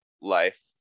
life